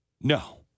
No